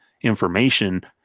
information